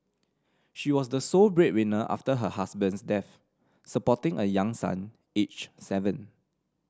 she was the sole breadwinner after her husband's death supporting a young son aged seven